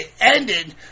ended